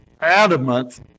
adamant